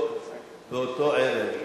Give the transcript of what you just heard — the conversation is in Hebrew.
באותו ערב,